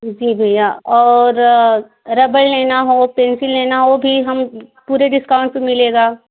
जी भैया और रबर लेना हो पेंसिल लेना हो तो यह हम पूरे डिस्काउंट पर मिलेगा